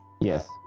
Yes